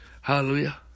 Hallelujah